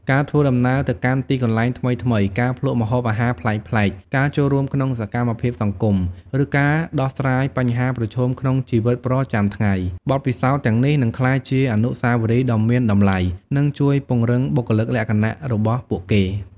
ការធ្វើដំណើរទៅកាន់ទីកន្លែងថ្មីៗ ការភ្លក់ម្ហូបអាហារប្លែកៗ ការចូលរួមក្នុងសកម្មភាពសង្គម ឬការដោះស្រាយបញ្ហាប្រឈមក្នុងជីវិតប្រចាំថ្ងៃ បទពិសោធន៍ទាំងនេះនឹងក្លាយជាអនុស្សាវរីយ៍ដ៏មានតម្លៃ និងជួយពង្រឹងបុគ្គលិកលក្ខណៈរបស់ពួកគេ។